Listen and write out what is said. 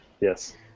Yes